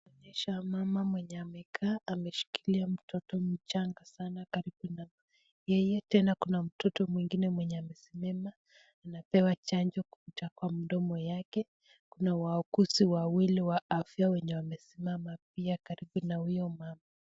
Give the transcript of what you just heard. Inaonyesha mama mwenye amekaa, ameshikilia mtoto mchanga sana karibu na yeye. Tena kuna mtoto mwingine mwenye amesimama, anapewa chanjo kupitia kwa mdomo yake. Kuna wauguzi wawili wa afya wenye wamesimama pia karibu na huyo mama.